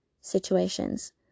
situations